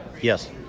Yes